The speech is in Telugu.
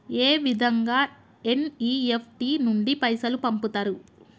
ఏ విధంగా ఎన్.ఇ.ఎఫ్.టి నుండి పైసలు పంపుతరు?